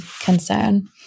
concern